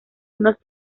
unos